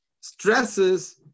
stresses